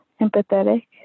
empathetic